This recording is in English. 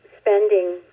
spending